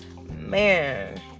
man